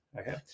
Okay